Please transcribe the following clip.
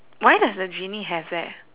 why does the genie have that